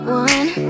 one